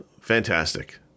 fantastic